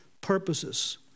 purposes